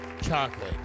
chocolate